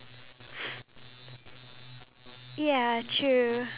an expression a facial expression to tell you that